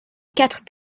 quatre